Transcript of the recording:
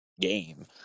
game